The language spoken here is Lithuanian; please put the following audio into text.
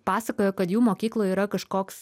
pasakojo kad jų mokykloj yra kažkoks